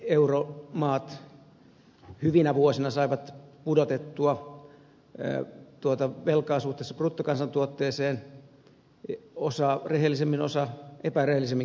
kaikkikin euromaat hyvinä vuosina saivat pudotettua tuota velkaa suhteessa bruttokansantuotteeseen osa rehellisemmin osa epärehellisemmin keinoin